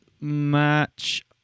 match